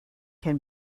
can